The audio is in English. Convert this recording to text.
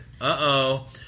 Uh-oh